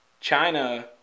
china